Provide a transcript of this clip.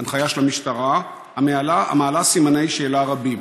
הנחיה של המשטרה, המעלה סימני שאלה רבים.